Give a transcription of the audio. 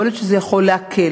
יכול להיות שזה יכול להקל,